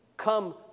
come